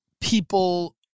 People